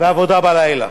ועבודה בלילה.